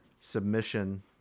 submission